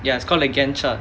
ya it's called gantt chart